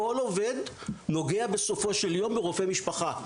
כל עובד נוגע בסופו של יום ברופא משפחה.